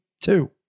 two